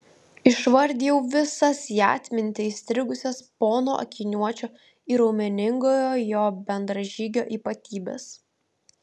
išvardijau visas į atmintį įstrigusias pono akiniuočio ir raumeningojo jo bendražygio ypatybes